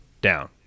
down